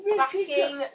backing